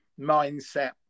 mindset